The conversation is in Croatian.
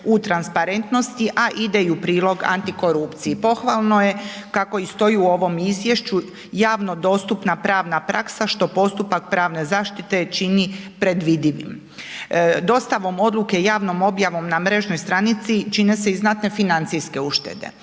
u transparentnosti, a ide i u prilog antikorupciji. Pohvalno je kako i stoji u ovom izvješću javno dostupna pravna praksa što postupak pravne zaštite čini predvidivim. Dostavom odluke javnom objavom na mrežnoj stranici čine se i znatne financijske uštede.